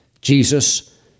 Jesus